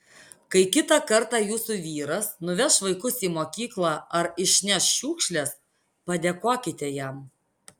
kai kitą kartą jūsų vyras nuveš vaikus į mokyklą ar išneš šiukšles padėkokite jam